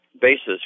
basis